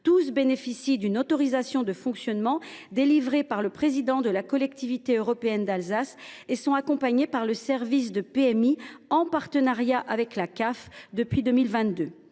Tous bénéficient d’une autorisation de fonctionnement délivrée par le président de la Collectivité européenne d’Alsace et sont accompagnés par la PMI, en partenariat avec la caisse